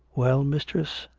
well, mistress?